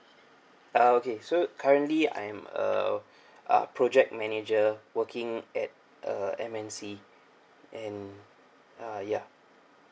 uh okay so currently I'm a uh project manager working at a M_N_C and uh ya